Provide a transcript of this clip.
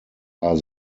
are